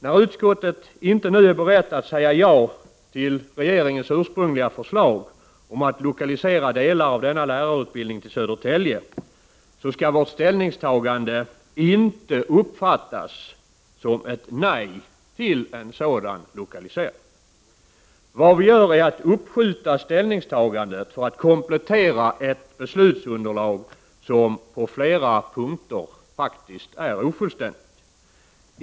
När utskottet inte nu är berett att säga ja till regeringens ursprungliga förslag att lokalisera delar av denna lärarutbildning till Södertälje skall vårt ställningstagande inte uppfattas som ett nej till en sådan lokalisering. Vad vi gör är att uppskjuta ställningstagandet för att komplettera ett beslutsunderlag som på flera punkter är ofullständigt.